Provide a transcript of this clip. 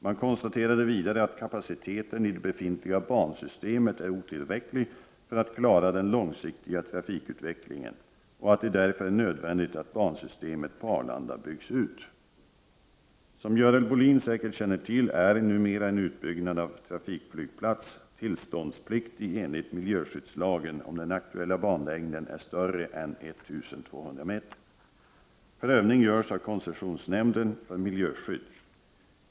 Man konstaterade vidare att kapaciteten i det befintliga bansys temet är otillräcklig för att klara den långsiktiga trafikutvecklingen och att det därför är nödvändigt att bansystemet på Arlanda byggs ut. Som Görel Bohlin säkert känner till är numera en utbyggnad av en trafikflygplats tillståndspliktig enligt miljöskyddslagen om den aktuella banlängden är större än 1200 m. Prövning görs av koncessionsnämnden för miljöskydd.